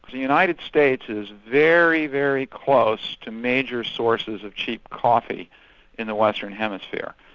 the united states is very, very close to major sources of cheap coffee in the western hemisphere.